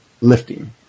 lifting